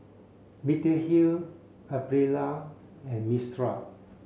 Mediheal Aprilia and Mistral